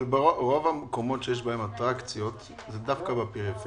אבל רוב המקומות שיש בהם אטרקציות זה דווקא בפריפריות.